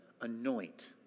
anoint